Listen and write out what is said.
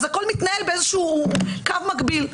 אז הכול מתנהל באיזשהו קו מקביל.